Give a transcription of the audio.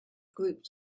groups